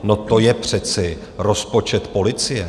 No to je přece rozpočet policie!